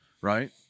right